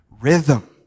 rhythm